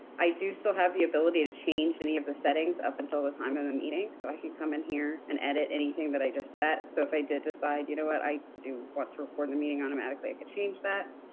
i do still so have the ability to change any of the settings up until the time of the meeting, so i can come in here and edit anything that i just set. so, if i did decide, you know what, i do want to record the meeting automatically, i could change that,